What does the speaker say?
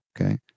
Okay